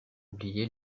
oublié